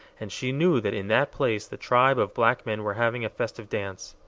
and she knew that in that place the tribe of black men were having a festive dance.